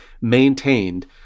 maintained